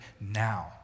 now